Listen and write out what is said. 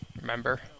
remember